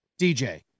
DJ